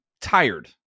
tired